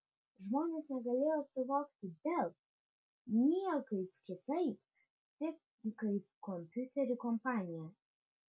žmonės negalėjo suvokti dell niekaip kitaip tik kaip kompiuterių kompaniją